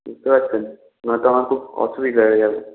বুঝতে পারছেন নয়তো আমার খুব অসুবিধা হয়ে যাবে